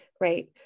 Right